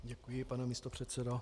Děkuji, pane místopředsedo.